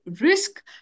risk